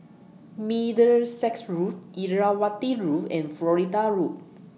Middlesex Road Irrawaddy Road and Florida Road